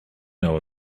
know